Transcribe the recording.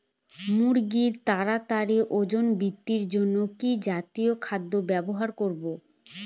মুরগীর তাড়াতাড়ি ওজন বৃদ্ধির জন্য কি জাতীয় খাদ্য ব্যবহার করব?